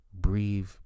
breathe